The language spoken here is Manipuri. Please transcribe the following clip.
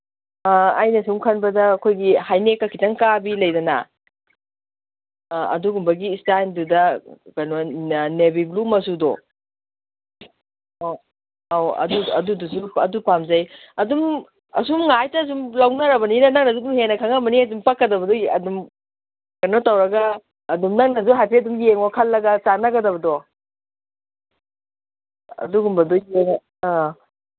ꯑꯩꯅ ꯁꯨꯝ ꯈꯟꯕꯗ ꯑꯩꯈꯣꯏꯒꯤ ꯍꯥꯏꯅꯦꯛꯀ ꯈꯤꯇꯪ ꯀꯥꯕꯤ ꯂꯩꯗꯅ ꯑꯥ ꯑꯗꯨꯒꯨꯝꯕꯒꯤ ꯏꯁꯇꯥꯏꯜꯗꯨꯗ ꯀꯩꯅꯣ ꯅꯦꯕꯤ ꯕ꯭ꯂꯨ ꯃꯆꯨꯗꯣ ꯑꯧ ꯑꯗꯨ ꯑꯗꯨꯁꯨ ꯑꯗꯨ ꯄꯥꯝꯖꯩ ꯑꯗꯨꯝ ꯑꯁꯨꯝ ꯉꯥꯏꯇ ꯁꯨꯝ ꯂꯧꯅꯔꯕꯅꯤꯅ ꯅꯪꯅꯁꯨ ꯍꯦꯟꯅ ꯈꯪꯉꯝꯃꯅꯤ ꯑꯗꯨꯝ ꯄꯛꯀꯗꯕꯗꯣ ꯑꯗꯨꯝ ꯀꯩꯅꯣ ꯇꯧꯔꯒ ꯑꯗꯨꯝ ꯅꯪꯅꯁꯨ ꯍꯥꯏꯐꯦꯠ ꯑꯗꯨꯝ ꯌꯦꯡꯉꯣ ꯈꯜꯂꯒ ꯆꯥꯅꯒꯗꯕꯗꯣ ꯑꯗꯨꯒꯨꯝꯕꯗꯣ ꯑꯥ